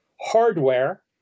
hardware